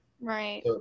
Right